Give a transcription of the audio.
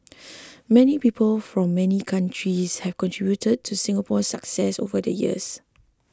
many people from many countries have contributed to Singapore's success over the years